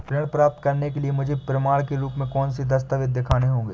ऋण प्राप्त करने के लिए मुझे प्रमाण के रूप में कौन से दस्तावेज़ दिखाने होंगे?